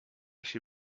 się